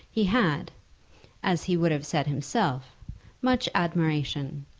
he had as he would have said himself much admiration,